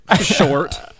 short